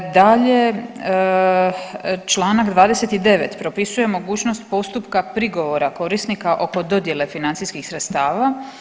Dalje, čl. 29. propisuje mogućnost postupka prigovora korisnika oko dodjele financijskih sredstva.